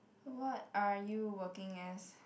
what are you working as